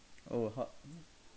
oh how